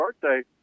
birthday